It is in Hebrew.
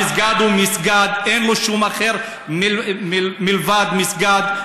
המסגד הוא מסגד, אין לו שום אחר מלבד מסגד.